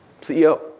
CEO